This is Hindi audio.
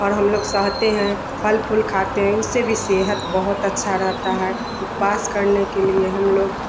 और हम लोग सहते है फल फूल खाते उससे भी सेहत बहुत अच्छा रहता है उपवास करने के लिए हम लोग